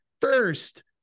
First